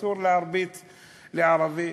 אסור להרביץ לערבי.